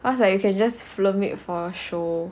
cause like you can just film it for show